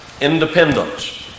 Independence